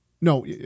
no